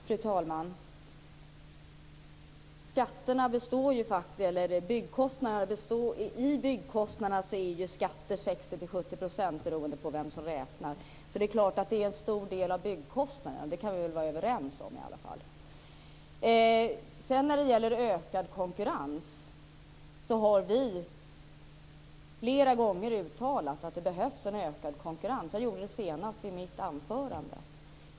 Fru talman! I byggkostnaderna ligger till 60-70 % skatter - det beror på vem som räknar. Skatterna utgör alltså en stor del av byggkostnaderna så där kan vi väl i alla fall vara överens. Att det behövs en ökad konkurrens har vi ju flera gånger uttalat. Det gjorde jag senast i mitt huvudanförande här.